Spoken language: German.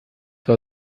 war